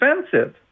expensive